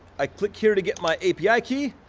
i click here to get my api key.